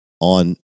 on